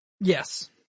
yes